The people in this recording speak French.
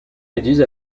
méduses